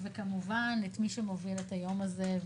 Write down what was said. וכמובן את מי שמוביל את היום הזה,